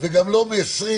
הוא אומר שהוא יתייחס בהמשך.